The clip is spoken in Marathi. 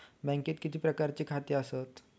बँकेत किती प्रकारची खाती आसतात?